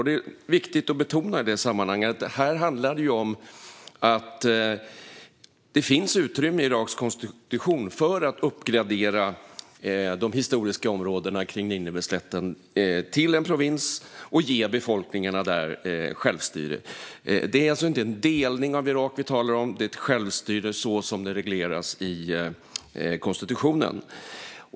Det är viktigt att i detta sammanhang betona att vad det handlar om är att det finns utrymme i Iraks konstitution för att uppgradera de historiska områdena kring Nineveslätten till en provins och ge befolkningarna där självstyre. Det är alltså inte en delning av Irak vi talar om; det är ett självstyre så som det regleras i konstitutionen.